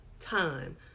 time